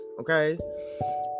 Okay